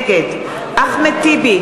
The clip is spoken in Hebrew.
נגד אחמד טיבי,